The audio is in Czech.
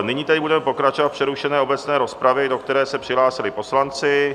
Nyní tedy budeme pokračovat v přerušené obecné rozpravě, do které se přihlásili poslanci.